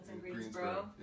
Greensboro